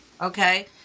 Okay